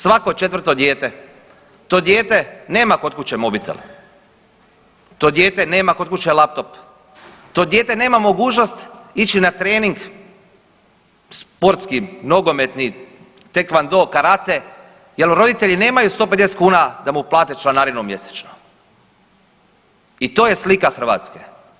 Svako 4. dijete, to dijete nema kod kuće mobitel, to dijete nema kod kuće laptop, to dijete nema mogućnost ići na trening sportski, nogometni, tekvando, karate jel roditelji nemaju 150 kuna da mu plate članarinu mjesečno i to je slika Hrvatske.